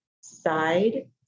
side